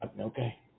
okay